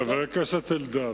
חבר הכנסת אלדד,